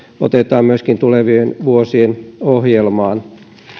otetaan tulevien vuosien ohjelmaan